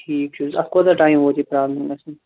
ٹھیٖک چھُ اتھ کوٗتاہ ٹایِم ووت یہِ پرٛابلِم گژھنَس